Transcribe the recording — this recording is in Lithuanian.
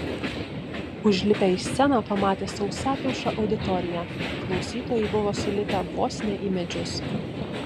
užlipę į sceną pamatė sausakimšą auditoriją klausytojai buvo sulipę vos ne į medžius